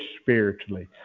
spiritually